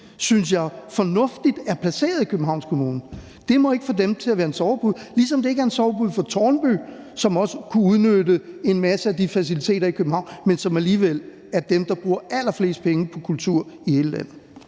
synes jeg, er placeret i Københavns Kommune. Det må ikke være en sovepude for dem, ligesom det ikke er en sovepude for Tårnby Kommune, som også kunne udnytte en masse af de faciliteter i København, men som alligevel er den kommune, der bruger allerflest penge på kultur i hele landet.